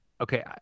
Okay